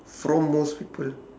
from most people